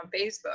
Facebook